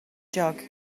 jug